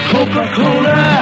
Coca-Cola